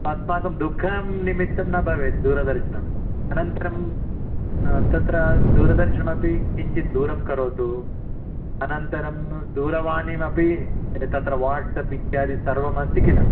अस्माकं दुःखं निमित्तं न भवेत् दूरदर्शनम् अनन्तरं तत्र दूरदर्शनमपि किञ्चित् दूरं करोतु अनन्तरं दूरवाणीमपि तत्र वाट्साप् इत्यादि सर्वम् अस्ति किल